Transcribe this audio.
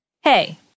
Hey